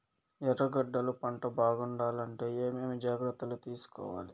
ఎర్రగడ్డలు పంట బాగుండాలంటే ఏమేమి జాగ్రత్తలు తీసుకొవాలి?